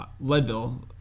Leadville